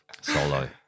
solo